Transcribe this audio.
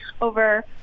over